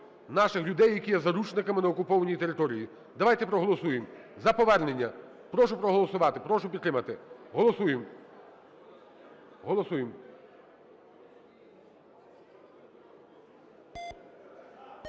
наших людей, які є заручниками на окупованій території, давайте проголосуємо за повернення. Прошу проголосувати. Прошу підтримати, голосуємо, голосуємо.